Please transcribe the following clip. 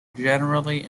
generally